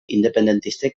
independentistek